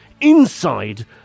inside